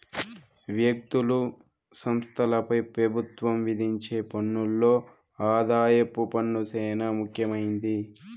వ్యక్తులు, సంస్థలపై పెబుత్వం విధించే పన్నుల్లో ఆదాయపు పన్ను సేనా ముఖ్యమైంది